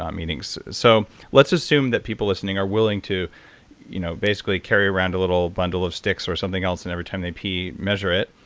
um so so let's assume that people listening are willing to you know basically carry around a little bundle of sticks or something else and every time they pee measure it,